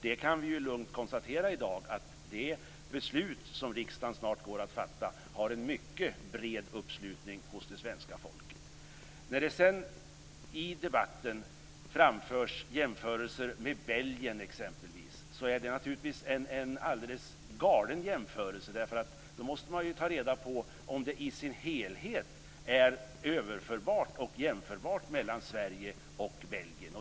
Vi kan i dag lugnt konstatera att det beslut som riksdagen snart kommer att fatta har en mycket bred uppslutning hos det svenska folket. I debatten har det gjorts jämförelser med t.ex. Belgien. Det är naturligtvis en alldeles galen jämförelse. Man måste först ta reda på om det i sin helhet är överförbart och jämförbart mellan Sverige och Belgien.